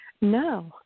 no